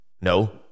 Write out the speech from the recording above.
No